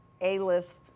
A-List